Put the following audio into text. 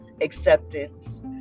acceptance